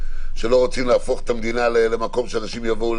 שלא רוצים להפוך את המדינה למקום שאנשים יבואו